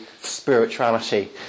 spirituality